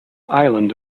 island